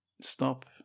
Stop